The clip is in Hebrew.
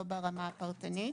לא ברמה הפרטנית.